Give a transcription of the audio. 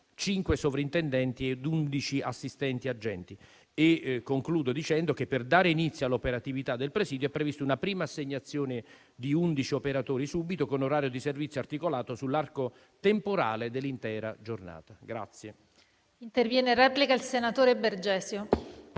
sovrintendenti e undici assistenti agenti. Concludo dicendo che, per dare inizio all'operatività del presidio, è prevista una prima assegnazione di undici operatori subito, con orario di servizio articolato sull'arco temporale dell'intera giornata. PRESIDENTE. Ha facoltà di intervenire in replica il senatore Bergesio,